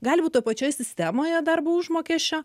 gali būt toj pačioj sistemoje darbo užmokesčio